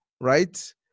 right